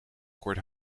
kort